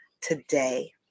today